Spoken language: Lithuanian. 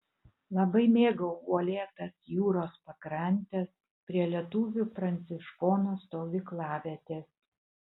labai mėgau uolėtas jūros pakrantes prie lietuvių pranciškonų stovyklavietės